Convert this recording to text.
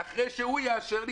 ואחרי שהוא יאשר לי,